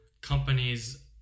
companies